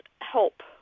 help